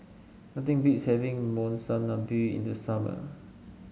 nothing beats having Monsunabe in the summer